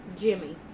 jimmy